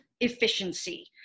efficiency